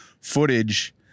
footage